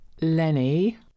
Lenny